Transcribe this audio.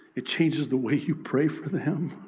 it changes the way you pray for them.